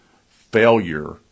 failure